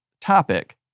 topic